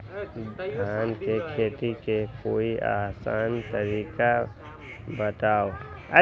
धान के खेती के कोई आसान तरिका बताउ?